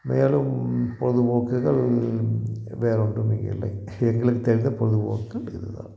மேலும் பொழுதுபோக்குகள் வேறொன்றும் இங்கில்லை எங்களுக்குத் தெரிந்த பொழுதுபோக்கு இதுதான்